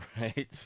right